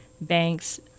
banks